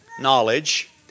knowledge